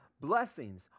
Blessings